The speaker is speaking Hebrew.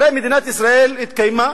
הרי מדינת ישראל התקיימה